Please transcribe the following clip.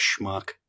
schmuck